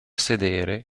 sedere